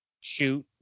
shoot